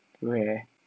okay